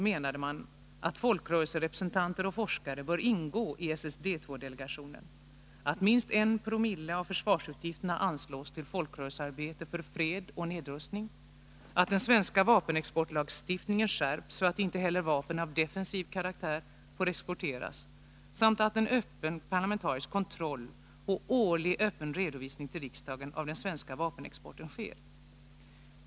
menade man att folkrörelserepresentanter och forskare bör ingå i SSD II-delegationen, att minst 1 Zo av försvarsutgiften anslås till folkrörelsearbetet för fred och nedrustning, att den svenska vapenexportlagstiftningen skärps, så att inte heller vapen av defensiv karaktär får exporteras samt att en öppen parlamentarisk kontroll och årlig öppen redovisning till riksdagen av den svenska vapenexporten sker.